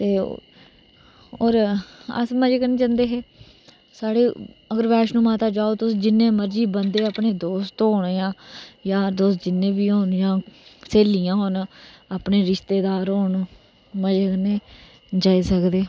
ते और अस मजे कन्नै जंदे हे साढ़े अगर बैष्मो माता जाओ तुस ते जिन्ने मर्जी बंदे अपने दोस्त हून जां यार दोस्त जिन्ने बी हून जां सहेली हून अपने रिश्तेदार हून मजे कन्नै जाई सकदे